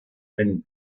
ein